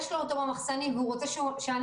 יש לו אותו במחסנים והוא רוצה שנעביר,